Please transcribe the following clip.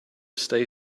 stay